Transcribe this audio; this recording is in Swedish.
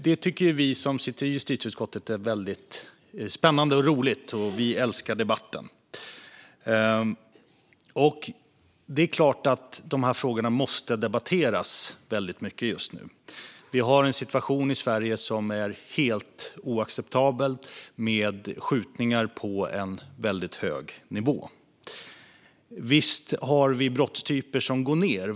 Det tycker vi som sitter i justitieutskottet är väldigt spännande och roligt. Vi älskar debatten. Det är klart att dessa frågor måste debatteras väldigt mycket just nu. Vi har en situation i Sverige som är helt oacceptabel, med skjutningar på en väldigt hög nivå. Visst har vi brottstyper som går ned.